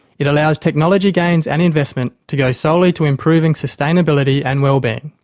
it allows technology gains and investment to go solely to improving sustainability and wellbeing.